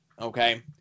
okay